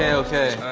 yeah okay.